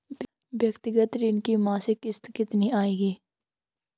व्यक्तिगत ऋण की मासिक किश्त कितनी आएगी?